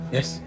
Yes